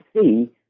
see